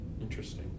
Interesting